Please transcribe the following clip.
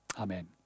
Amen